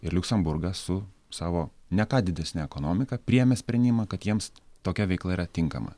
ir liuksemburgas su savo ne ką didesne ekonomika priėmė sprendimą kad jiems tokia veikla yra tinkama